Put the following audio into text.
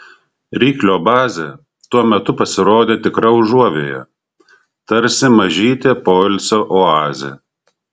ryklio bazė tuo metu pasirodė tikra užuovėja tarsi mažytė poilsio oazė